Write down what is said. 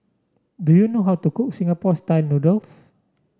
do you know how to cook Singapore style noodles